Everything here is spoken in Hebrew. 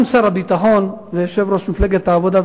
גם שר הביטחון ויושב-ראש מפלגת העבודה,